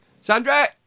Sandra